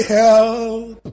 help